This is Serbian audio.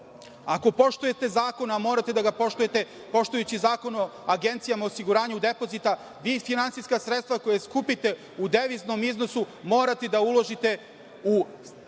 Ako poštujete zakon, a morate da ga poštujete, poštujući zakon o agencijama, osiguranju depozita, vi finansijska sredstva koja skupite u deviznom iznosu morate da uložite u takve